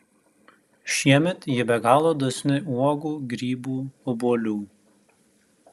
šiemet ji be galo dosni uogų grybų obuolių